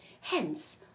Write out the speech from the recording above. hence